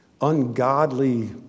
ungodly